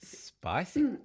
spicy